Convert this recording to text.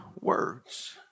words